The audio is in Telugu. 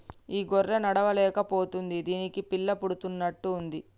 ఈ గొర్రె నడవలేక పోతుంది దీనికి పిల్ల పుడుతున్నట్టు ఉంది